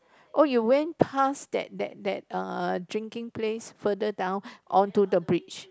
oh you went past that that that uh drinking place further down onto the bridge